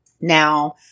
Now